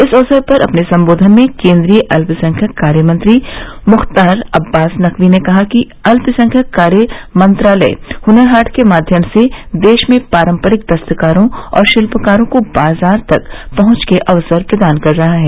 इस अवसर पर अपने संबोधन में केंद्रीय अल्पसंख्यक कार्य मंत्री मुख्तार अव्वास नकवी ने कहा कि अल्पसंख्यक कार्य मंत्रालय हुनर हाट के माध्यम से देश में पारंपरिक दस्तकारों और शिल्पकारों को बाजार तक पहुंच के अवसर प्रदान कर रहा है